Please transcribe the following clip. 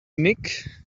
nick